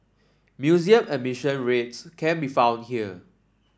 museum admission rates can be found here